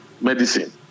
medicine